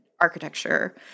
architecture